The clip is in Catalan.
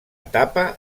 etapa